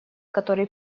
который